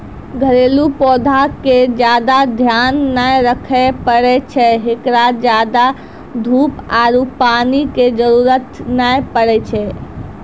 घरेलू पौधा के ज्यादा ध्यान नै रखे पड़ै छै, एकरा ज्यादा धूप आरु पानी के जरुरत नै पड़ै छै